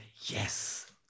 yes